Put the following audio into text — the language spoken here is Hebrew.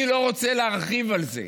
אני לא רוצה להרחיב על זה,